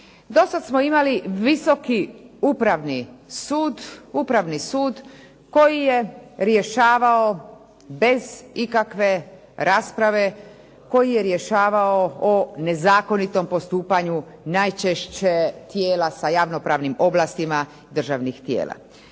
Do sada smo imali visoki upravni sud, upravni sud koji je rješavao bez ikakve rasprave, koji je rješavao o nezakonitom postupanju, najčešće tijela sa ravnopravnim ovlastima državnih tijela.